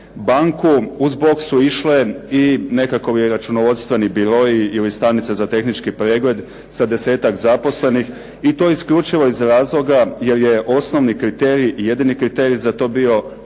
banku uz bok su išle i nekakovi računovodstveni biroi ili stanice za tehnički pregled sa 10-ak zaposlenih i to isključivo iz razloga jer je osnovni kriterij i jedini kriterij za to bio